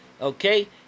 Okay